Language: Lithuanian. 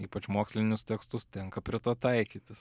ypač mokslinius tekstus tenka prie to taikytis